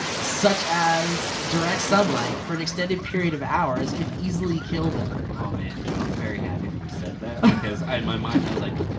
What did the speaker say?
such as direct sunlight, for an extended period of hours can easily kill them. aww man, joe, i'm very happy that you said that, cause in my mind i was like,